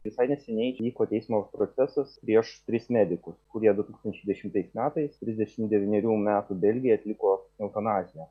visai neseniai įvyko teismo procesas prieš tris medikus kurie du tūkstančiai dešimtais metais trisdešimt devynerių metų belgei atliko eutanaziją